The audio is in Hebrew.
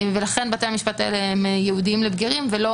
ולכן בתי המשפט האלה הם ייעודים לבגירים ולא